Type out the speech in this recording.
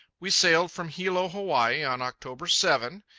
we sailed from hilo, hawaii, on october seven,